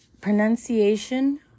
pronunciation